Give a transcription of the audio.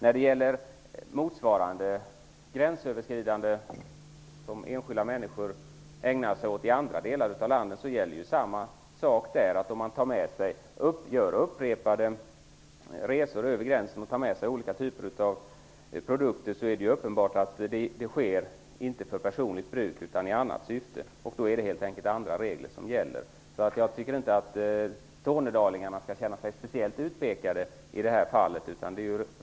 Samma sak gäller för motsvarande gränsöverskridande av enskilda människor i andra delar av landet. Om man gör upprepade resor över gränsen och tar med sig olika typer av produkter är det uppenbart att det inte sker för personligt bruk utan i annat syfte. Då är det helt enkelt andra regler som gäller. Jag tycker inte att tornedalningarna skall känna sig speciellt utpekade i detta fall.